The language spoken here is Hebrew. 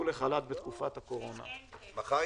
11:48.